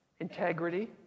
Integrity